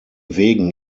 wegen